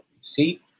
see